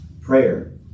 Prayer